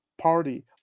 party